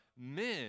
Men